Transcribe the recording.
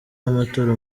y’amatora